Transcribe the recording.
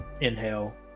inhale